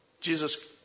Jesus